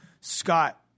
Scott